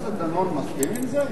רגע, וחבר הכנסת דנון מסכים עם זה?